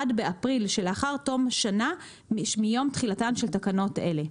באפריל שלאחר תום שנה מיום תחילתן של תקנות אלה.